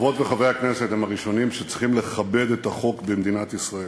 חברות וחברי הכנסת הם הראשונים שצריכים לכבד את החוק במדינת ישראל.